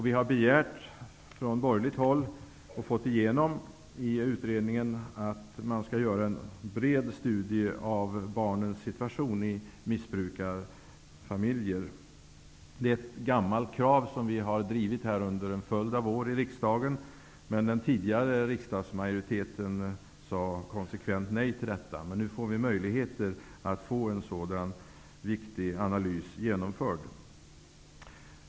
Vi har begärt från borgerligt håll och fått igenom att man i utredningen skall göra en bred studie av barnens situation i missbrukarfamiljer. Detta är ett gammalt krav som vi har drivit under en följd av år i riksdagen, men den tidigare riksdagsmajoriteten sade konsekvent nej till detta. Nu har vi möjlighet att få en sådan viktig analys genomförd.